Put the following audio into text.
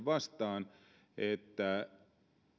vastaan tilanne että